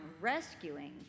rescuing